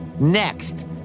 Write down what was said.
Next